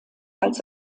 als